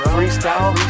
Freestyle